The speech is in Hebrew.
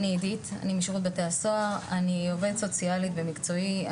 אני עובדת סוציאלית במקצועי.